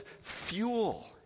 fuel